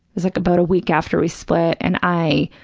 was like about a week after we split, and i